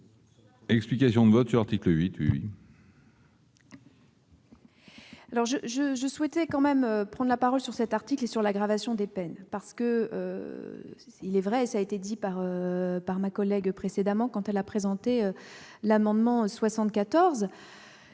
explication de vote sur l'article.